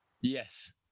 Yes